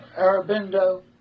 Arabindo